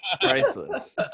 Priceless